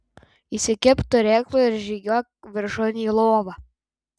įsikibk turėklų ir žygiuok viršun į lovą